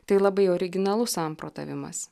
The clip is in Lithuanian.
tai labai originalus samprotavimas